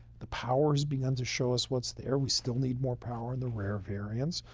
the powers begun to show us what's there, we still need more power in the rare variants,